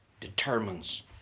determines